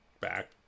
back